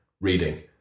Reading